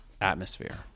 Atmosphere